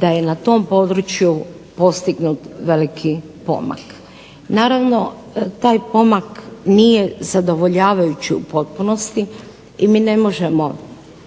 da je na tom području postignut veliki pomak. Naravno, taj pomak nije zadovoljavajući u potpunosti i mi ne možemo